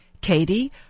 Katie